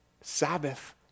Sabbath